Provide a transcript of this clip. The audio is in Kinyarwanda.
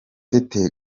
gatera